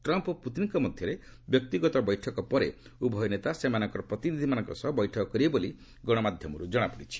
Trump ଓ ପୁତିନ୍ଙ୍କ ମଧ୍ୟରେ ବ୍ୟକ୍ତିଗତ ବୈଠକରେ ପରେ ଉଭୟ ନେତା ସେମାନଙ୍କର ପ୍ରତିନିଧିମାନଙ୍କ ସହ ବୈଠକ କରିବେ ବୋଲି ଗଣମାଧ୍ୟମରୁ ଜଣାପଡ଼ିଛି